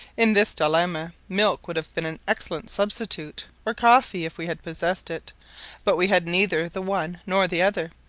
in this dilemma milk would have been an excellent substitute, or coffee, if we had possessed it but we had neither the one nor the other,